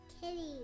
Kitty